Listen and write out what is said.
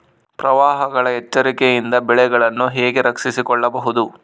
ಪ್ರವಾಹಗಳ ಎಚ್ಚರಿಕೆಯಿಂದ ಬೆಳೆಗಳನ್ನು ಹೇಗೆ ರಕ್ಷಿಸಿಕೊಳ್ಳಬಹುದು?